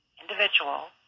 individual